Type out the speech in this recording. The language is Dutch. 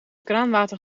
kraanwater